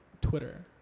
Twitter